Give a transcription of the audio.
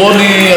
אתה יודע,